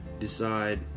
decide